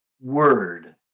word